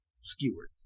skewered